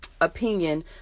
opinion